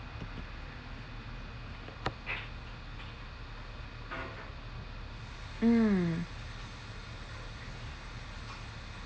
mm